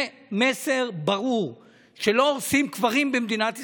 זה מסר ברור שלא הורסים קברים במדינת ישראל.